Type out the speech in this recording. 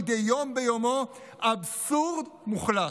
מדי יום ביומו אבסורד מוחלט.